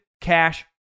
Cash